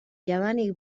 jadanik